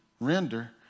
render